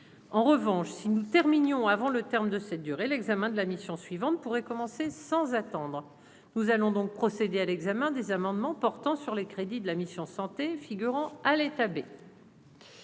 en revanche, si nous terminions avant le terme de cette durée, l'examen de la mission suivante pourrait commencer sans attendre, nous allons donc procédé à l'examen des amendements portant sur les crédits de la mission Santé figurant à l'état B.